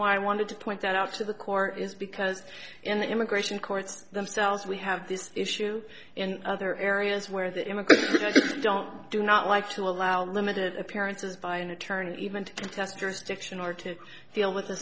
why i wanted to point that out to the court is because in the immigration courts themselves we have this issue in other areas where the immigrant don't do not like to allow limited appearances by an attorney even to test jurisdiction or to deal with